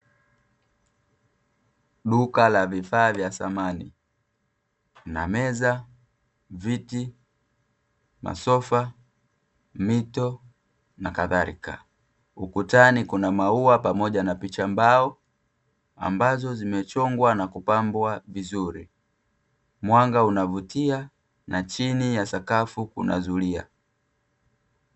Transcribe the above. Duka la vifaa vya samani; lina meza, viti, masofa, mito na kadhalika. Ukutani kuna maua pamoja na picha mbao, ambazo zimechongwa na kupambwa vizuri. Mwanga unavutia na chini ya sakafu kuna zulia.